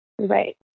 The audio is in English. Right